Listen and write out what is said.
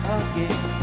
again